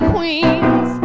Queens